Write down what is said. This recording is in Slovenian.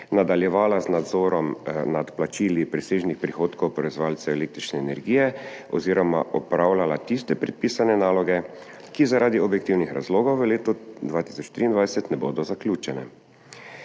nadaljevala z nadzorom nad plačili presežnih prihodkov proizvajalcev električne energije oziroma opravljala tiste predpisane naloge, ki zaradi objektivnih razlogov v letu 2023 ne bodo zaključene.